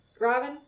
Robin